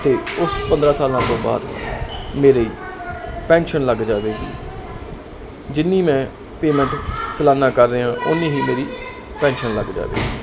ਤੇ ਉਸ ਪੰਦਰਾ ਸਾਲਾਂ ਤੋਂ ਬਾਅਦ ਮੇਰੇ ਪੈਨਸ਼ਨ ਲੱਗ ਜਾਵੇ ਜਿੰਨੀ ਮੈਂ ਪੇਮੈਂਟ ਸਲਾਨਾ ਕਰ ਰਿਹਾ ਉਨੀ ਹੀ ਮੇਰੀ ਪੈਨਸ਼ਨ ਲੱਗ ਜਾਵੇ